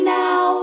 now